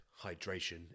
hydration